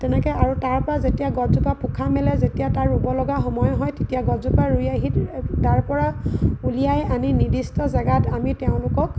তেনেকৈ আৰু তাৰ পৰা যেতিয়া গছজোপা পোখা মেলে যেতিয়া তাৰ ৰুব লগা সময় হয় তেতিয়া গছজোপা ৰুই আহি তাৰ পৰা উলিয়াই আনি নিৰ্দিষ্ট জেগাত আমি তেওঁলোকক